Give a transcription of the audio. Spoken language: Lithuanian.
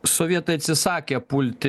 sovietai atsisakė pulti